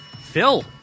Phil